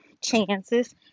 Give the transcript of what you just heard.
chances